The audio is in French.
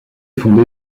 fondée